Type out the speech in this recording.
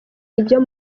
ibyo